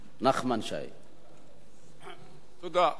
תודה.